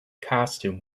costume